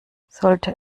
sollte